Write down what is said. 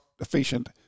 efficient